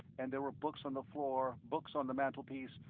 and there were books on the floor, books on the mantelpiece,